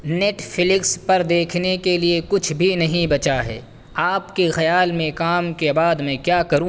Netflix پر دیکھنے کے لیے کچھ بھی نہیں بچا ہے آپ کے خیال میں کام کے بعد میں کیا کروں